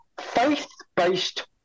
faith-based